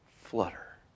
flutter